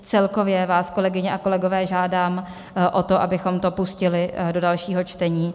Celkově vás, kolegyně a kolegové, žádám o to, abychom to pustili do dalšího čtení.